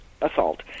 assault